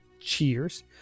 Cheers